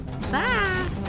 bye